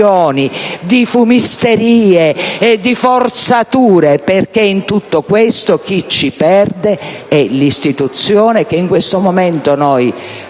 di fumisterie e di forzature, perché in tutto questo chi ci perde è l'istituzione che in questo momento noi,